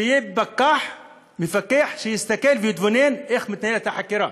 שיהיה מפקח שיסתכל ויתבונן, איך מתנהלת החקירה.